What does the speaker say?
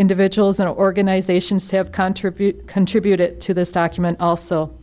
individuals and organizations have contributed contributed to this document also